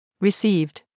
received